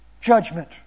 judgment